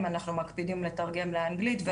אנחנו מקפידים לתרגם לאנגלית ולעברית,